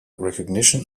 recognition